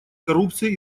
коррупцией